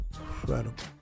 incredible